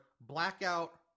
blackout